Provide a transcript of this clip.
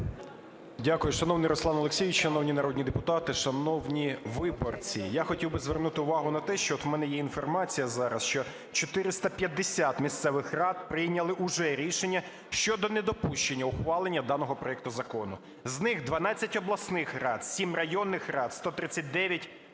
Дякую. Шановний Руслан Олексійович, шановні народні депутати, шановні виборці! Я хотів би звернути увагу на те, що от в мене є інформація зараз, що 450 місцевих рад прийняли уже рішення щодо недопущення ухвалення даного проекту закону, з них: 12 обласних рад, 7 районних рад, 139 міських,